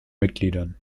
mitgliedern